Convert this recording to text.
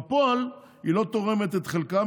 בפועל היא לא תורמת את חלקה,